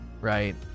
right